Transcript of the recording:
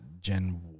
Gen